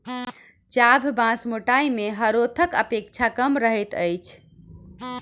चाभ बाँस मोटाइ मे हरोथक अपेक्षा कम रहैत अछि